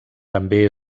també